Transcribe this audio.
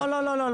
לא, לא.